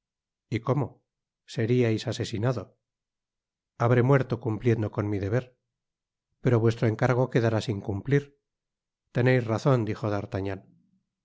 y como seriais asesinado habré muerto cumpliendo con mi deber pero vuestro encargo quedará sin cumplir teneis razon dijo